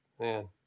Man